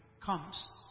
comes